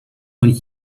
und